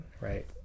Right